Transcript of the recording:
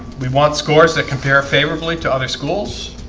we want scores that compare favorably to other schools